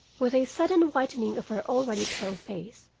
with a sudden whitening of her already pale face,